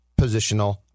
positional